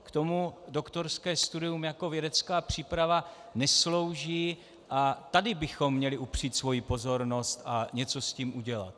K tomu doktorské studium jako vědecká příprava neslouží a tady bychom měli upřít svoji pozornost a něco s tím udělat.